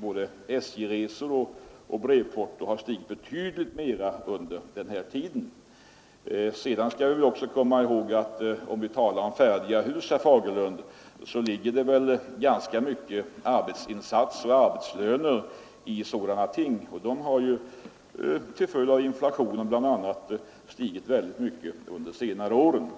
både SJ-resor och brevporto stigit betydligt mera under denna tid. Om vi talar om färdiga hus, herr Fagerlund, skall vi också komma ihåg att det i priset ligger mycket av arbetsinsats och arbetslöner, och dessa har ju bl.a. till följd av inflationen stigit mycket under de senare åren.